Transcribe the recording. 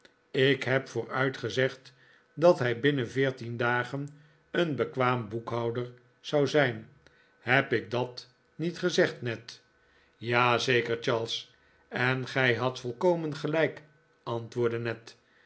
ik heb vooruit gezegd dat hij binnen veertien dagen een bekwaam boekhouder zou zijn heb ik dat niet gezegd ned ja zeker charles en gij hadt volkomen gelijk antwoordde ned